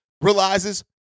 realizes